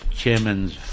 chairman's